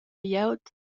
glieud